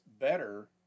better